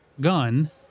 gun